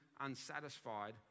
unsatisfied